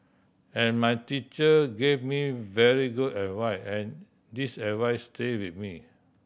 and my teacher gave me very good and this advice stay with me